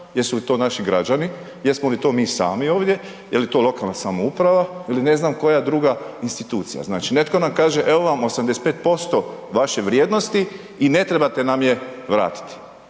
jesu li to naši građani, jesmo li to mi sami ovdje, je li to lokalna samouprava ili ne znam koja druga institucija. Znači netko nam kaže evo vam 85% vaše vrijednosti i ne trebate nam je vratiti.